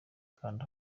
kanda